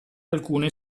alcune